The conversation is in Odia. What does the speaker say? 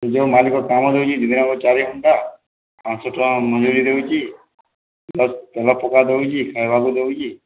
ଯେଉଁ ମାଲିକ କାମ ଦେଇଛି ଦିନକୁ ଚାରିଘଣ୍ଟା ପାଞ୍ଚଶହ ଟଙ୍କା ମଜୁରି ଦେଉଛି ବାସ୍ ଟଙ୍କା ପକ୍କା କରିଛି ଖାଇବାକୁ ଦେଉଛି